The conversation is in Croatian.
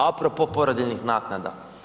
A propos porodiljnih naknada.